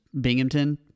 Binghamton